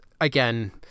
again